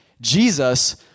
Jesus